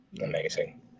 Amazing